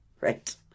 Right